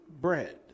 bread